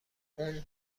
اون